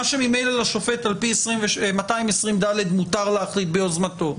מה שממילא לשופט על פי 220ד מותר להחריג ביוזמתו,